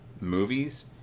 movies